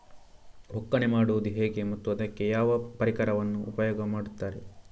ಒಕ್ಕಣೆ ಮಾಡುವುದು ಹೇಗೆ ಮತ್ತು ಅದಕ್ಕೆ ಯಾವ ಪರಿಕರವನ್ನು ಉಪಯೋಗ ಮಾಡುತ್ತಾರೆ?